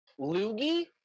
loogie